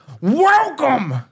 welcome